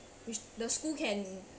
which the school can